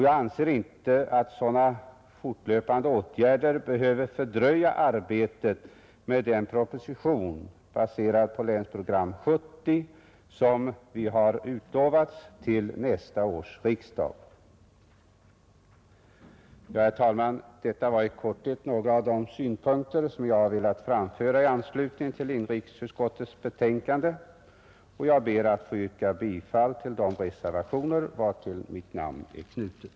Jag anser att sådana fortlöpande åtgärder inte behöver fördröja arbetet med den proposition, baserad på Länsprogram 1970, som har utlovats till nästa års riksdag. Herr talman! Detta var i korthet några av de synpunkter som jag har velat framföra i anslutning till inrikesutskottets betänkande, och jag ber att få yrka bifall till de reservationer vartill mitt namn är knutet.